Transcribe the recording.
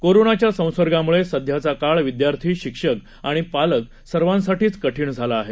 कोरोनाच्या संसर्गामुळे सध्याचा काळ विदयार्थी शिक्षक आणि पालक सर्वांसाठीच कठीण झाला आहे